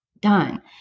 Done